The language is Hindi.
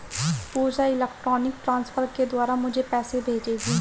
पूजा इलेक्ट्रॉनिक ट्रांसफर के द्वारा मुझें पैसा भेजेगी